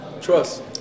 Trust